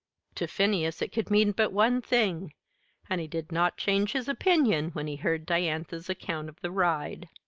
to phineas it could mean but one thing and he did not change his opinion when he heard diantha's account of the ride.